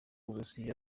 uburusiya